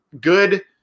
good